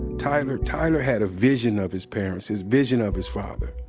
tyler tyler had a vision of his parents. his vision of his father.